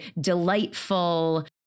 delightful